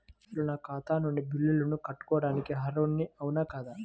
అసలు నా ఖాతా నుండి బిల్లులను కట్టుకోవటానికి అర్హుడని అవునా కాదా?